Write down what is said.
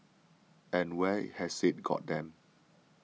and where has it got them